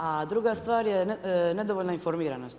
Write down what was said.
A druga stvar je nedovoljna informiranost.